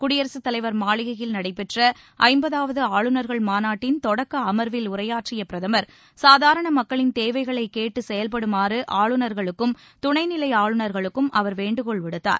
குடியரசு தலைவர் மாளிகையில் நடைபெற்ற ஐம்பதாவது ஆளுநர்கள் மாநாட்டின் தொடக்க அர்வில் உரையாற்றிய பிரதமர் சாதாரண மக்களின் தேவைகளை கேட்டு செயல்படுமாறு ஆளுநர்களுக்கும் துணை நிலை ஆளுநர்களுக்கும் அவர் வேண்டுகோள் விடுத்தார்